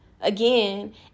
again